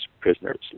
prisoners